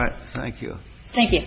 right thank you thank you